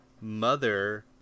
mother